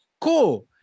cool